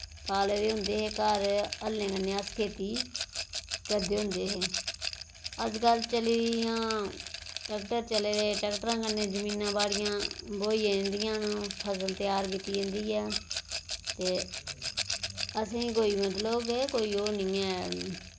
पाल्ले दे होंदे हे घर हल्लें कन्नै अस खेती करदे होंदे हे अज्जकल चली दियां टैक्टर चले दे टैक्टरां कन्नै जमीनां बाड़ियां बोही जन्दियां न फसल त्यार कीतीह् जंदी ऐ ते असें कोई मतलब के कोई ओ नेईं ऐ